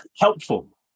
helpful